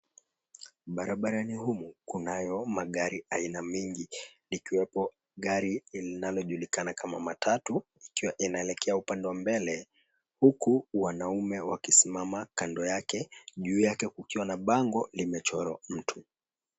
Barabarani humu kunayo magari aina mingi likiwepo gari linalo julikana kama matatu, ikiwa inaelekea upande wa mbele. Huku wanaume wakisimama kando yake, juu yake kukiwa na bango limechorwa mtu.